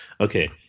okay